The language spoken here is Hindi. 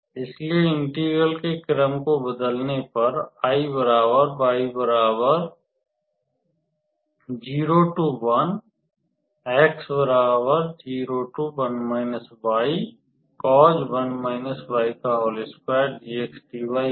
इसलिए इंटेग्रल के क्रम को बदलने पर I होगा